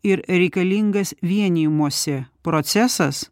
ir reikalingas vienijimosi procesas